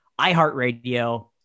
iHeartRadio